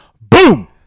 Boom